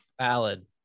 Valid